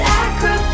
acrobat